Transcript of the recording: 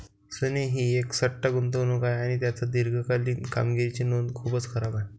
सोने ही एक सट्टा गुंतवणूक आहे आणि त्याची दीर्घकालीन कामगिरीची नोंद खूपच खराब आहे